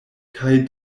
kaj